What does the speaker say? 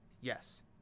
yes